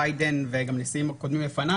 ביידן וגם הנשיאים הקודמים לפניו,